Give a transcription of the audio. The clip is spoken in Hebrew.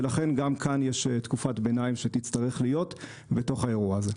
ולכן גם כאן יש תקופת ביניים שתצטרך להיות בתוך האירוע הזה.